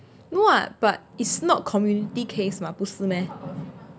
no [what] but it's not community case mah 不是 meh